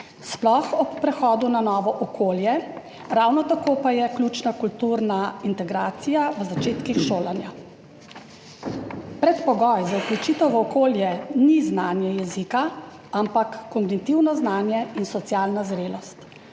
sploh ob prehodu na novo okolje, ravno tako pa je ključna kulturna integracija v začetkih šolanja. Predpogoj za vključitev v okolje ni znanje jezika, ampak kognitivno znanje in socialna zrelost.